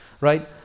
right